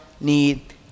need